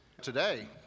Today